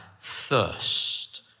thirst